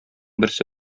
берсе